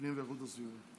הפנים ואיכות הסביבה.